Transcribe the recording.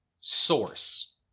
source